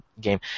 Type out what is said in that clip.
game